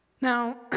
Now